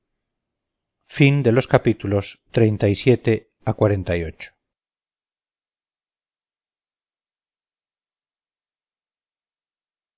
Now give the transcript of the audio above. los cuerpos y a las